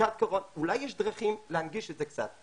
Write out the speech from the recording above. אולי יש דרכים להנגיש את זה קצת?